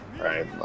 right